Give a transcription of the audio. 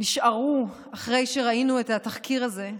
נשארו אחרי שראינו את התחקיר הזה.